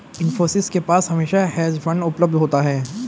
इन्फोसिस के पास हमेशा हेज फंड उपलब्ध होता है